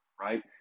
right